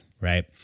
right